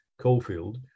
Coalfield